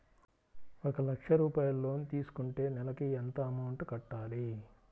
ఒక లక్ష రూపాయిలు లోన్ తీసుకుంటే నెలకి ఎంత అమౌంట్ కట్టాలి?